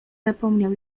zapomniał